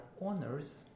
owners